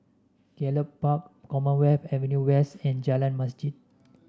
Gallop Park Commonwealth Avenue West and Jalan Masjid